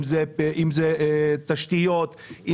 תשתיות,